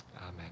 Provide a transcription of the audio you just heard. amen